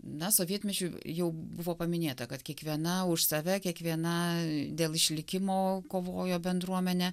na sovietmečiu jau buvo paminėta kad kiekviena už save kiekviena dėl išlikimo kovojo bendruomenė